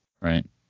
Right